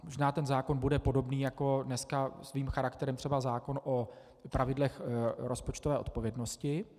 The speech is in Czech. Možná ten zákon bude podobný jako dnes svým charakterem třeba zákon o pravidlech rozpočtové odpovědnosti.